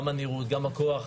גם הכוח,